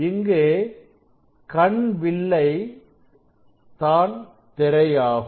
இங்கு கண் வில்லை தான் திரையாகும்